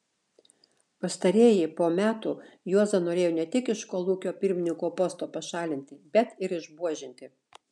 pastarieji po metų juozą norėjo ne tik iš kolūkio pirmininko posto pašalinti bet ir išbuožinti